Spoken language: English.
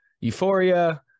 euphoria